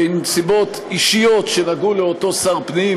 שהן נסיבות אישיות שנגעו לאותו שר פנים,